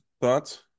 thoughts